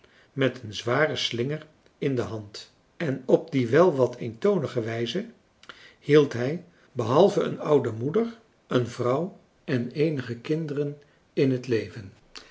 met een zwaren slinger in de hand en op die wel wat eentonige wijze hield hij behalve een oude moeder een vrouw en eenige kinderen in het leven